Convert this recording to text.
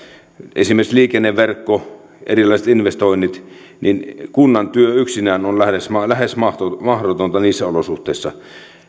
esimerkiksi liikenneverkko erilaiset investoinnit niin kunnan työ yksinään on lähes mahdotonta mahdotonta niissä olosuhteissa